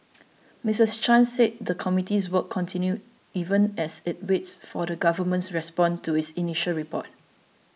Misses Chan said the committee's work continues even as it waits for the Government's response to its initial report